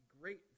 great